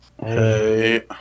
Hey